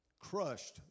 Crushed